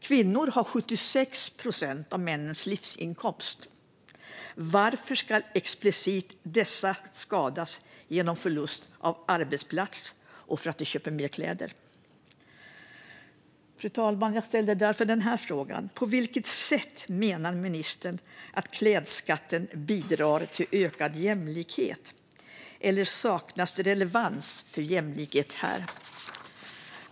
Kvinnor har 76 procent av männens livsinkomst. Varför ska de explicit skadas genom förlust av arbetsplats och för att de köper mer kläder? Fru talman! Jag ställer därför denna fråga: På vilket sätt menar ministern att klädskatten bidrar till ökad jämlikhet? Eller saknas det relevans när det gäller jämställdhet här?